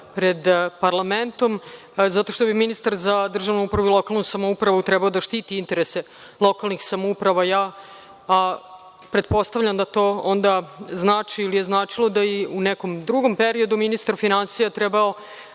pred parlamentom, zato što bi ministar za državnu upravu i lokalnu samoupravu trebao da štiti interese lokalnih samouprava. Pretpostavljam da to onda znači ili je značilo da je u nekom drugom periodu ministar finansija trebao